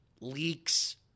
leaks